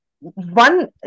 one